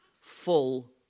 full